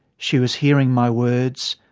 she was hearing my words,